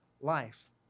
life